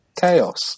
chaos